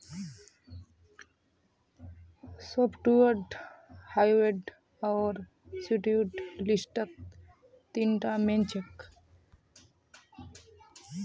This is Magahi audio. सॉफ्टवुड हार्डवुड आर स्यूडोवुड लिस्टत तीनटा मेन छेक